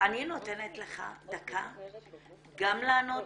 אני נותנת לך דקה גם לענות